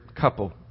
couple